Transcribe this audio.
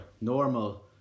normal